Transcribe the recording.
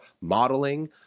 modeling